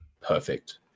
perfect